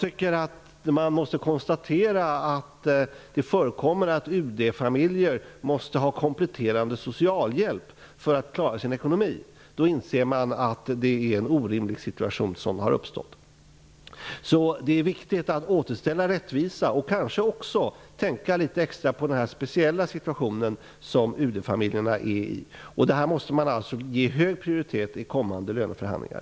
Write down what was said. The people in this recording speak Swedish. När man kan konstatera att det förekommer att UD-familjer tvingas till kompletterande socialhjälp för att klara sin ekonomi, inser man att det är en orimlig situation som har uppstått. Därför är det viktigt att återställa rättvisa och kanske också att tänka litet extra på den speciella situation som UD-familjerna befinner sig i. De UD-anställda måste alltså ges hög prioritet i kommande löneförhandlingar.